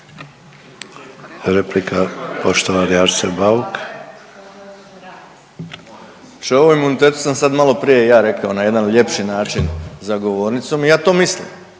**Bauk, Arsen (SDP)** Znači o ovom imunitetu sam sad malo prije ja rekao na jedan ljepši način za govornicom i ja to mislim.